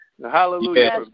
Hallelujah